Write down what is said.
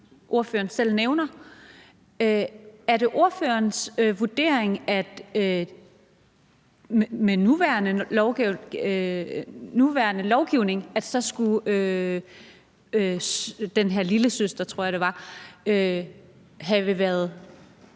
ordføreren selv nævner. Er det ordførerens vurdering, at under nuværende lovgivning skulle den her lillesøster, tror jeg det var, have været